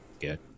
Good